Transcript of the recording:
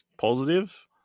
positive